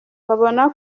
babona